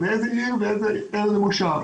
ואיזו עיר ואיזה מושב.